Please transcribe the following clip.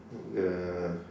the